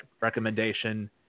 recommendation